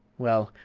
well,